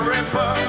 Ripper